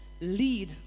Lead